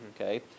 Okay